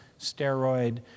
steroid